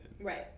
Right